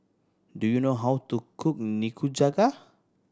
do you know how to cook Nikujaga